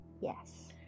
Yes